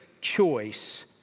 choice